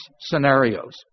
scenarios